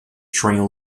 train